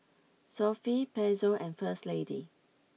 Sofy Pezzo and First Lady